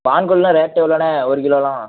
பான்கொலாம் rate எவ்வளோ ஒரு கிலோலெலாம்